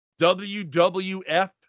WWF